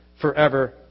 forever